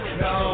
no